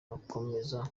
akomeza